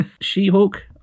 She-Hulk